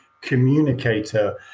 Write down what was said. communicator